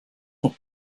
sont